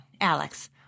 Alex